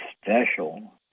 special